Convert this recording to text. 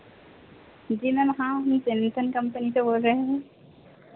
जी ma'am हाँ हम Samsung company से बोल रहे हैं